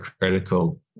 critical